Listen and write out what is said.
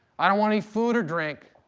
i don't want any food or drink.